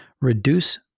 reduce